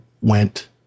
went